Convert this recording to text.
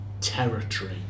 territory